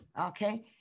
okay